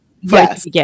yes